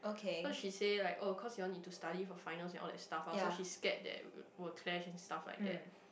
cause she say like oh cause you want to study for final and all that stuff lah so she scared that will crash in stuff like that